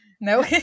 No